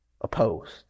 opposed